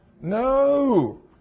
No